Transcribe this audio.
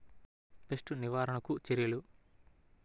Pest నివారణకు చర్యలు?